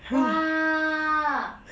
!wah!